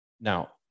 Now